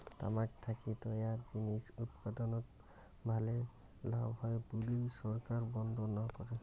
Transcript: তামাক থাকি তৈয়ার জিনিস উৎপাদনত ভালে লাভ হয় বুলি সরকার বন্ধ না করে